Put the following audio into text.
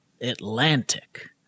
Atlantic